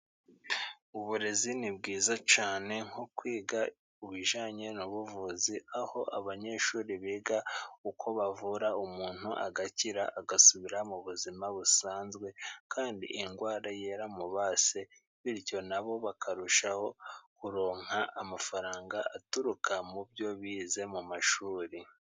Uburezi ni bwiza cyane nko kwiga ibijyanye n'ubuvuzi, aho abanyeshuri biga uko bavura umuntu agakira agasubira mu buzima busanzwe kandi indwara yaramu base, bityo nabo bakarushaho kuronka amafaranga aturuka mubyo bize mu mashuri.